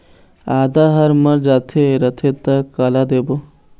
आदा हर मर जाथे रथे त काला देबो?